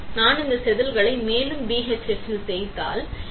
நான் இந்த செதில்களை மேலும் BHF இல் தோய்த்தால் என்ன நடக்கும்